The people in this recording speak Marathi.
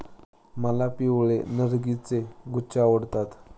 मला पिवळे नर्गिसचे गुच्छे आवडतात